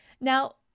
Now